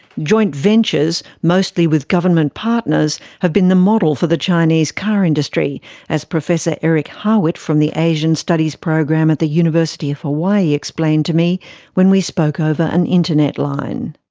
joint ventures, mostly with government partners, have been the model for the chinese car industry as professor eric harwit from the asian studies program at the university of hawaii explained to me when we spoke over an internet line.